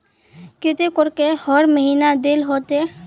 केते करके हर महीना देल होते?